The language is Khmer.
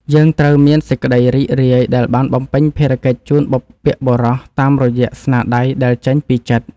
យើងត្រូវមានសេចក្តីរីករាយដែលបានបំពេញភារកិច្ចជូនបុព្វបុរសតាមរយៈស្នាដៃដែលចេញពីចិត្ត។